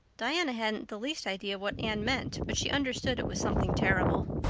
diana hadn't the least idea what anne meant but she understood it was something terrible.